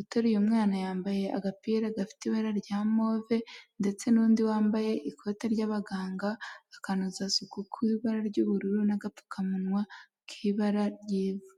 uturuye umwana yambaye agapira gafite ibara rya move ndetse n'undi wambaye ikote ry'abaganga, akanozasuku ku ibara ry'ubururu n'agapfukamunwa k'ibara ry'ivu.